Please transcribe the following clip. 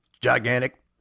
gigantic